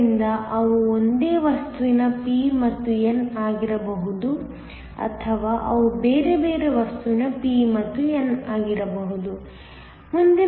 ಆದ್ದರಿಂದ ಅವು ಒಂದೇ ವಸ್ತುವಿನ p ಮತ್ತು n ಆಗಿರಬಹುದು ಅಥವಾ ಅವು ಬೇರೆ ಬೇರೆ ವಸ್ತುವಿನ p ಮತ್ತು n ಆಗಿರಬಹುದು